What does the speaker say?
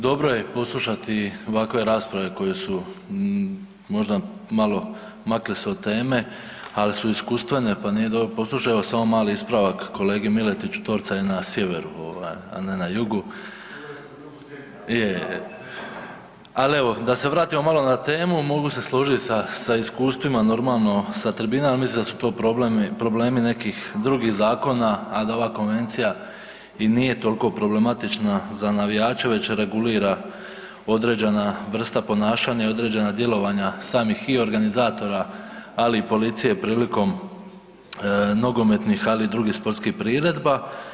Dobro je poslušati ovakve rasprave koje su možda malo makle se od teme, al su iskustvene, pa nije dobro, poslušaj evo samo mali ispravak kolegi Miletiću Torca je na sjeveru ovaj, a ne na jugu … [[Upadica iz klupe se ne razumije]] je, je, je, al evo da se vratimo malo na temu, mogu se složit sa, sa iskustvima normalno sa tribina, al mislim da su to problem, problemi nekih drugih zakona, a da ova konvencija i nije tolko problematična za navijače već regulira određena vrsta ponašanja i određena djelovanja samih i organizatora, ali i policije prilikom nogometnih, ali i drugih sportskih priredba.